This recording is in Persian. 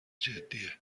جدیه